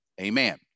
amen